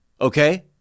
Okay